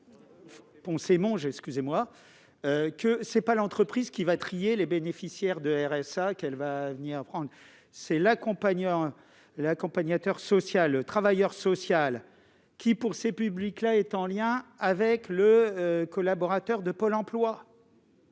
que ce n'est pas l'entreprise qui va « trier » les bénéficiaires du RSA. C'est le travailleur social qui, pour ces publics, est en lien avec le collaborateur de Pôle emploi,